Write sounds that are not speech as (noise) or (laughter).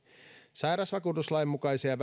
sairausvakuutuslain mukaisia (unintelligible)